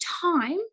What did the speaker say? time